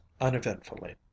uneventfully